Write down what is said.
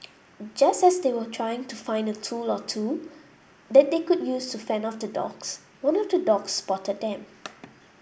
just as they were trying to find a tool or two that they could use to fend off the dogs one of the dogs spotted them